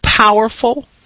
Powerful